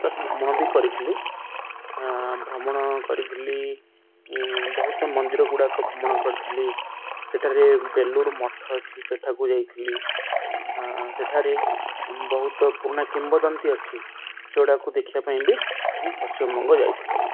plus ଭ୍ରମଣ ବି କରିଥିଲି ଭ୍ରମଣ କରିଥିଲି ବହୁତ ମନ୍ଦିର ଗୁଡ଼ାକ ଭ୍ରମଣ କରିଥିଲି ସେଠାରେ ବେଲୁୁର ମଠ ଅଛି ସେଠାକୁ ଯାଇଥିଲି ସେଠାରେ ବହୁତ ପୁରୁଣା କିମ୍ବଦନ୍ତୀ ଅଛି ସେଗୁଡ଼ାକୁ ଦେଖିବା ପାଇଁ ବି ମୁଁ ପଶ୍ଚିମବଙ୍ଗ ଯାଇଥିଲି